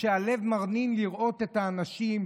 שהלב מתרונן לראות את האנשים,